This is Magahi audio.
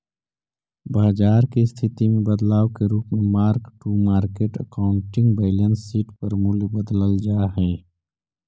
बाजार के स्थिति में बदलाव के रूप में mark to market accounting balance sheet पर मूल्य बदलल जा हई